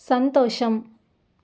సంతోషం